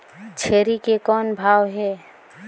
छेरी के कौन भाव हे?